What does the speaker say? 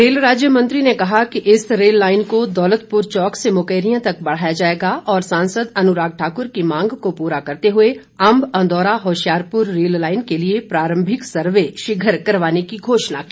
rail राज्य मंत्री ने कहा कि इस रेल लाईन को दौलतपुर चौक से मुकेरियां तक बढ़ाया जाएगा और सांसद अनुराग ठाकुर की मांग को पूरा करते हुए अंब अंदौरा होशियारपुर रेल लाईन के लिए प्रारंभिक सर्वे शीघ्र करवाने की घोषणा की